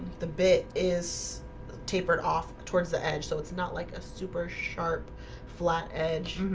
the bit is tapered off towards the edge so it's not like a super sharp flat edge